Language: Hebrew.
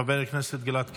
חבר הכנסת גלעד קריב.